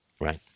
Right